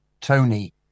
Tony